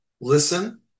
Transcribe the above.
Listen